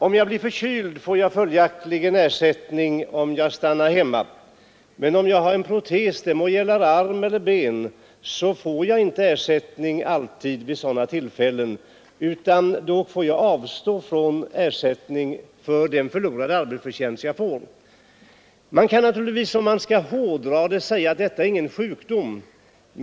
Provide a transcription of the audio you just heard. Om jag blir förkyld får jag ersättning när jag stannar hemma, men om jag blir borta från arbetet på grund av att jag behöver reparera en protes — det må gälla armprotes eller benprotes — får jag inte alltid ersättning för min förlorade arbetsförtjänst. Om man vill hårdra det hela kan man naturligtvis säga att detta senare inte direkt gäller någon sjukdom.